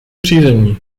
přízemní